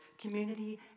community